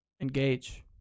engage